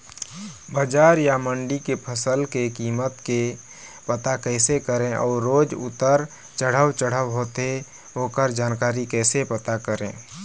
बजार या मंडी के फसल के कीमत के पता कैसे करें अऊ रोज उतर चढ़व चढ़व होथे ओकर जानकारी कैसे पता करें?